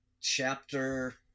chapter